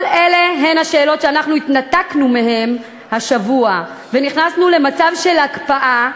כל אלה הן השאלות שאנחנו התנתקנו מהן השבוע ונכנסנו למצב של הקפאה,